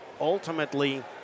ultimately